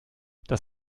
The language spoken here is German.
das